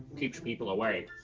keeps people away.